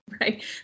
Right